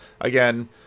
Again